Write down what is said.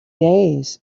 days